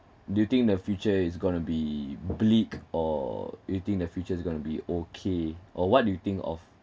do you think the future is going to be bleak or do you think the future is going to be okay or what do you think of